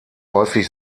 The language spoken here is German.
häufig